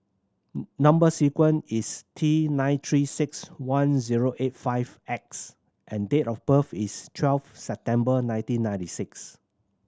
number sequence is T nine Three Six One zero eight five X and date of birth is twelve September nineteen ninety six